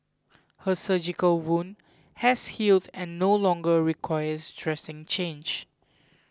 her surgical wound has healed and no longer requires dressing change